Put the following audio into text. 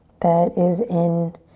that is in